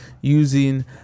using